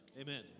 Amen